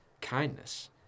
kindness